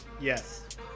Yes